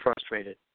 frustrated